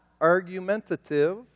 argumentative